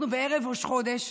אנחנו בערב ראש חודש,